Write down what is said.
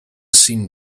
seen